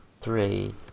three